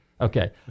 Okay